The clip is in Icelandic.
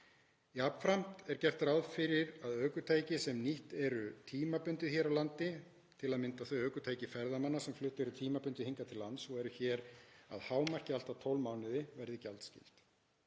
Jafnframt er gert ráð fyrir að ökutæki sem nýtt eru tímabundið hér á landi, til að mynda þau ökutæki ferðamanna sem flutt eru tímabundið hingað til lands og eru hér á landi að hámarki í allt að tólf mánuði, verði gjaldskyld.